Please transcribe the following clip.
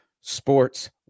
sports